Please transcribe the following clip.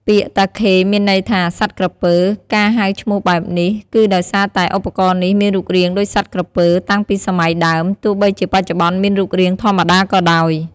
ពាក្យ «តាខេ» មានន័យថា «សត្វក្រពើ»។ ការហៅឈ្មោះបែបនេះ គឺដោយសារតែឧបករណ៍នេះមានរូបរាងដូចសត្វក្រពើតាំងពីសម័យដើម ទោះបីជាបច្ចុប្បន្នមានរូបរាងធម្មតាក៏ដោយ។